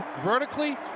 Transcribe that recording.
vertically